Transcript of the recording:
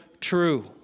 true